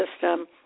system